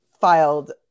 filed